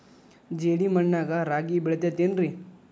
ಜೇಡಿ ಮಣ್ಣಾಗ ರಾಗಿ ಬೆಳಿತೈತೇನ್ರಿ?